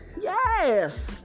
Yes